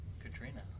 Katrina